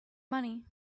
money